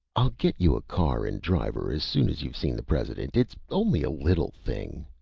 i'll get you a car and driver as soon as you've seen the president. it's only a little thing